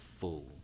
fool